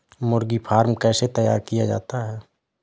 मुर्गी फार्म कैसे तैयार किया जाता है?